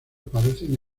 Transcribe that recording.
parecen